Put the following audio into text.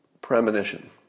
premonition